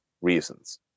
reasons